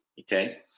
Okay